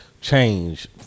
change